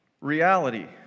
reality